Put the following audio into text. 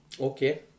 Okay